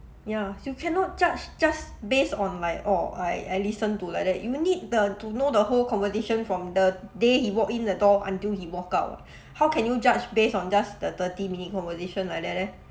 ya you cannot judge just based on like orh I I listen to like that you need the to know the whole conversation from the day he walk in the door until he walk out how can you judge based on just the thirty minute conversation like that leh